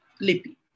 Lippi